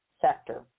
sector